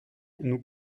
nous